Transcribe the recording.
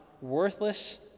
worthless